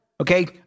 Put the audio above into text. okay